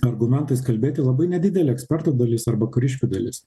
argumentais kalbėti labai nedidelė ekspertų dalis arba kariškių dalis